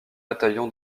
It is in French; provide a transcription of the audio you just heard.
bataillon